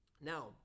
Now